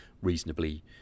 reasonably